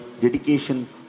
dedication